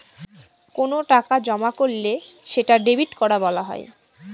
কোনো টাকা জমা করলে সেটা ডেবিট করা বলা হয়